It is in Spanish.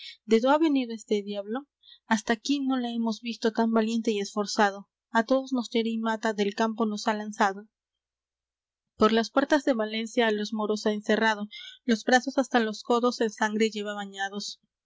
dó ha venido este diablo hasta aquí no le hemos visto tan valiente y esforzado á todos nos hiere y mata del campo nos ha lanzado por las puertas de valencia á los moros ha encerrado los brazos hasta los codos en sangre lleva bañados